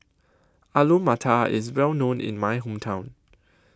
Alu Matar IS Well known in My Hometown